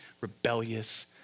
rebellious